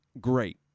great